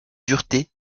dureté